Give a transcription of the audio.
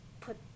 put